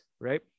right